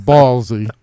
Ballsy